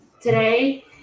today